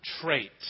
trait